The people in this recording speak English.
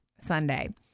Sunday